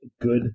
good